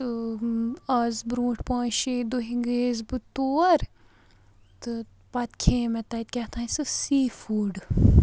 تہٕ آز برٛونٛٹھ پانٛژھ شے دُہۍ گٔیَس بہٕ تور تہٕ پتہٕ کھے مےٚ تَتہِ کیاتھانۍ سُہ سی فُڈ